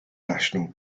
national